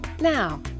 Now